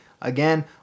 again